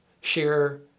share